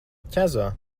ķezā